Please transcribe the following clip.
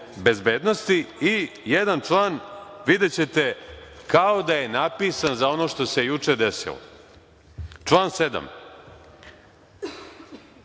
bezbednosti“.I jedan član, videćete, kao da je napisan za ono što se juče desilo. Član 7: